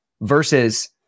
Versus